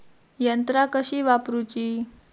यंत्रा कशी वापरूची?